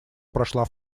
прошла